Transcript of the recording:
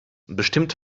bestimmt